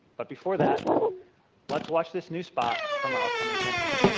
but before that let's watch this new spot from our upcoming campaign.